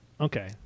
okay